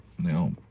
Now